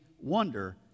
wonder